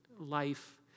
life